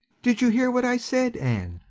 did you hear what i said, anne?